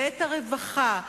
ואת הרווחה.